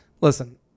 listen